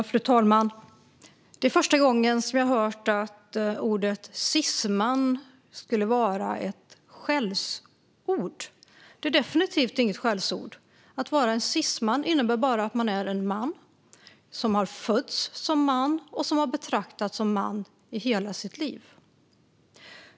Fru talman! Det är första gången jag hör att ordet cisman skulle vara ett skällsord. Det är definitivt inget skällsord. Att vara en cisman innebär bara att vara en man som har fötts som man och betraktats som man i hela sitt liv.